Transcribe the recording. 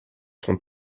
sont